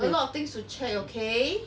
a lot of things to check okay